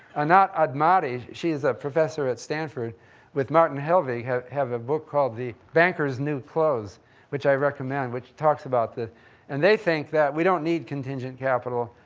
anat admati, she is a professor at stanford with martin hellwig have a book called the banker's new clothes which i recommend which talks about this and they think we don't need contingent capital.